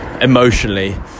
emotionally